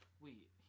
Wait